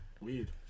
weird